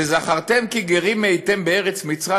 וזכרתם "כי גרים הייתם בארץ מצרים".